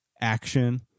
action